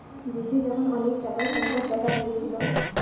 দেশে যখন অনেক টাকার সংকট দেখা দিয়েছিলো